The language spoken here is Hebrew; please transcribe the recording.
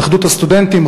התאחדות הסטודנטים,